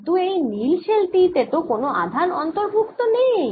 কিন্তু এই নীল শেল টি তে তো কোন আধান অন্তর্ভুক্ত নেই